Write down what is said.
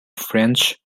french